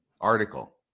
article